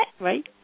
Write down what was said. right